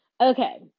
Okay